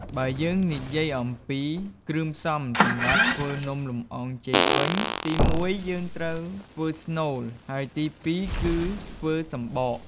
បើយើងនិយាយអំពីគ្រឿងផ្សំសម្រាប់ធ្វើនំលម្អងចេកវិញ ទីមួយយើងត្រូវធ្វើស្នូល ហើយទីពីរគឺធ្វើសំបក។